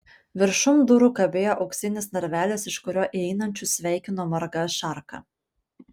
viršum durų kabėjo auksinis narvelis iš kurio įeinančius sveikino marga šarka